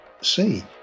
see